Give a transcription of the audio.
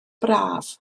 braf